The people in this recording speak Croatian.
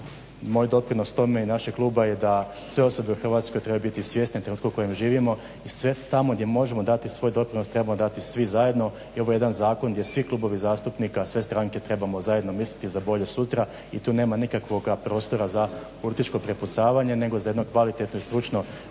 moj doprinos tome i našeg kluba je da sve osobe u Hrvatskoj trebaju biti svjesne trenutka u kojem živimo i tamo gdje možemo dati svoj doprinos trebamo dati svi zajedno i ovo je jedan zakon gdje svi klubovi zastupnika, sve stranke trebamo zajedno misliti za bolje sutra i tu nema nikakvoga prostora za političko prepucavanje nego za jedno kvalitetno i stručno